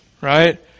right